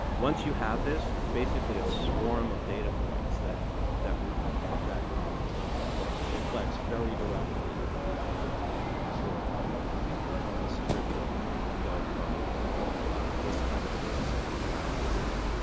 once you have this, it's basically a swarm of data points that that that that reflects very directly the the the stored audio information. it's almost trivial to go from from this kind of a data set to actual sound.